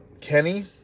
Kenny